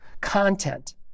content